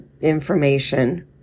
information